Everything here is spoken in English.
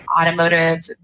automotive